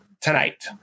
Tonight